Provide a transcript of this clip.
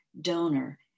donor